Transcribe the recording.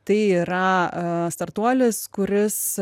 tai yra startuolis kuris